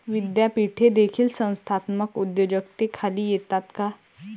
विद्यापीठे देखील संस्थात्मक उद्योजकतेखाली येतात का?